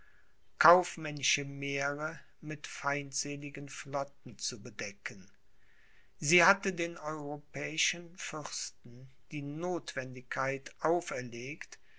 kaufmännische meere mit feindseligen flotten zu bedecken sie hatte den europäischen fürsten die notwendigkeit auferlegt